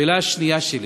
השאלה השנייה שלי: